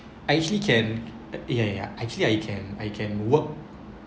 actually can ya ya actually I can I can work